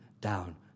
down